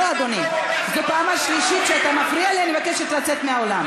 המזכירה שואלת האם חבר הכנסת יגאל גואטה.